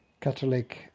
Catholic